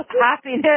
happiness